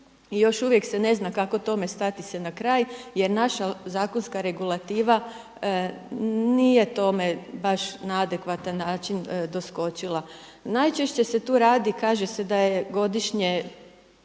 još uvijek se ne zna kako tome stati se na kraj jer naša zakonska regulativa nije tome baš na adekvatan način doskočila. Najčešće se tu radi kaže se da je godišnje